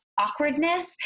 awkwardness